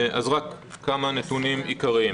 אז רק כמה נתונים עיקריים.